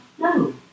No